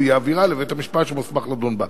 הוא יעבירה לבית-המשפט שמוסמך לדון בה.